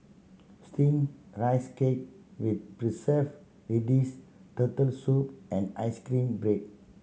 Steamed Rice Cake with preserve radish Turtle Soup and ice cream bread